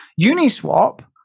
Uniswap